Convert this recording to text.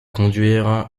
conduire